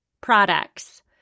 Products